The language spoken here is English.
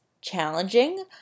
challenging